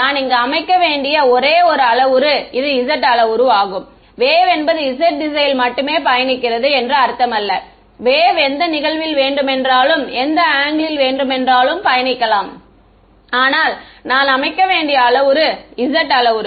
நான் இங்கு அமைக்க வேண்டிய ஒரே ஒரு அளவுரு இது z அளவுருவாகும் வேவ் என்பது z திசையில் மட்டுமே பயணிக்கிறது என்று அர்த்தமல்ல வேவ் எந்த நிகழ்வில் வேண்டுமென்றாலும் எந்த ஆங்கிலில் வேண்டுமென்றாலும் பயணிக்கலாம் ஆனால் நான் அமைக்க வேண்டிய அளவுரு z அளவுரு